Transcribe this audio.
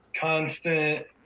constant